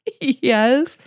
yes